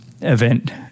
event